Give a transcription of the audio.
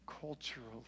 culturally